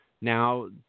Now